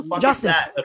Justice